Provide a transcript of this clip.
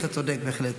ואתה צודק בהחלט.